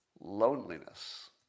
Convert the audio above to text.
Loneliness